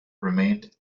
remained